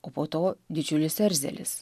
o po to didžiulis erzelis